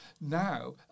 Now